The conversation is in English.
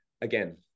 again